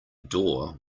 door